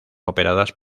operadas